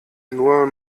nur